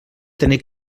tenir